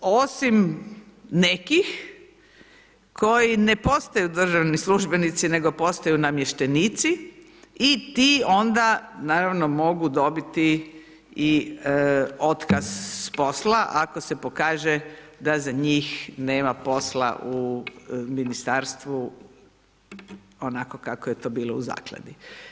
Osim nekih, koji ne postaju državni službenici nego postaju namještenici i ti onda, naravno mogu dobiti i otkaz s posla, ako se pokaže da za njih nema posla u ministarstvu onako kako je to bilo u zakladi.